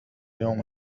اليوم